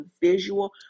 visual